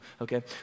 okay